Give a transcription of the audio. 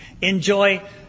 Enjoy